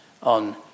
on